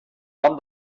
nom